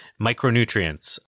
micronutrients